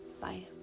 Bye